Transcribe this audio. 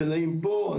השאלה היא האם פה,